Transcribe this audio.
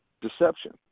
deception